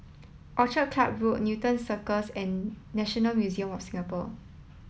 Orchid Club Road Newton Cirus and National Museum of Singapore